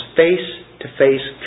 face-to-face